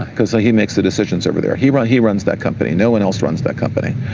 because he makes the decisions over there. he runs, he runs that company. no one else runs that company.